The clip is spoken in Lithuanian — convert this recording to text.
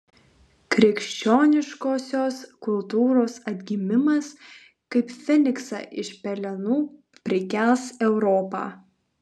krikščioniškosios kultūros atgimimas kaip feniksą iš pelenų prikels europą